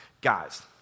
Guys